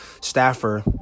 staffer